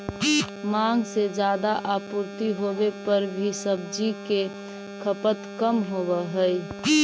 माँग से ज्यादा आपूर्ति होवे पर भी सब्जि के खपत कम होवऽ हइ